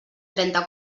trenta